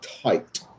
tight